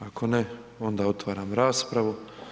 Ako ne, onda otvaram raspravu.